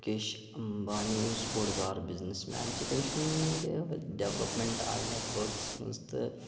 مُکیش اَمبانی یُس بوٚڈ بارٕ بِزنِس مین چھُ تٔمۍ سُنٛد ڈیٚولَپمنٹ آیہِ نیٚٹ ورکَس مَنٛز تہٕ